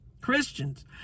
Christians